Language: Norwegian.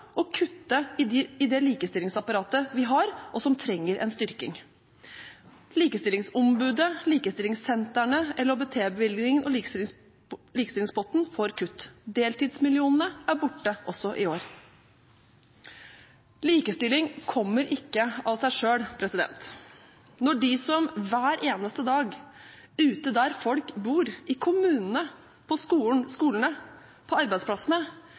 å kutte i det likestillingsapparatet vi har, og som trenger en styrking. Likestillingsombudet, likestillingssentrene, LHBT-bevilgningen og likestillingspotten får kutt. Deltidsmillionene er borte også i år. Likestilling kommer ikke av seg selv. Når de som hver eneste dag ute der folk bor i kommunene, på skolene, på